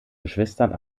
geschwistern